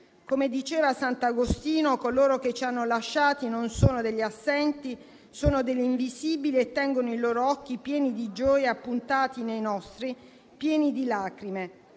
Come diceva sant'Agostino, coloro che ci hanno lasciati non sono degli assenti. Sono degli invisibili e tengono i loro occhi, pieni di gioia, puntati nei nostri, pieni di lacrime.